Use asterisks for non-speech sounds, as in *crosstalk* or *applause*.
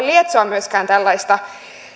*unintelligible* lietsoa myöskään tällaista